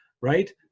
right